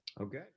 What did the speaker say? Okay